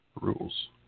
rules